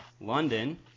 London